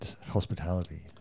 hospitality